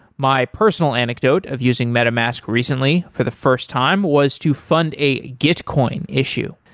my personal anecdote of using metamask recently for the first time was to fund a gitcoin issue.